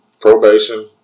probation